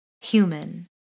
human